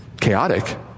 chaotic